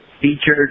featured